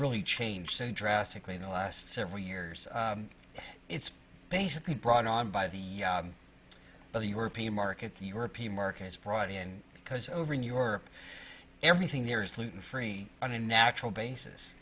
really changed so drastically in the last several years it's basically brought on by the other european markets the european markets brought in because over in europe everything there is looting free and in natural basis